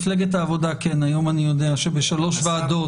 כן, אני יודע שמפלגת העבודה היום בשלוש ועדות.